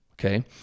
okay